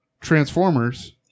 Transformers